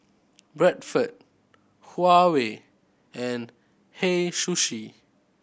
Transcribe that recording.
Bradford Huawei and Hei Sushi